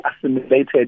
assimilated